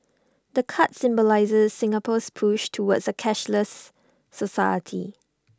the card symbolises Singapore's push towards A cashless society